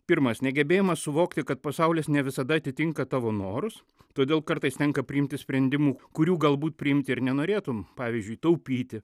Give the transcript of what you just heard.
pirmas negebėjimas suvokti kad pasaulis ne visada atitinka tavo norus todėl kartais tenka priimti sprendimų kurių galbūt priimti ir nenorėtum pavyzdžiui taupyti